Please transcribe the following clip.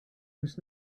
was